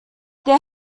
there